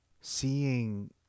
seeing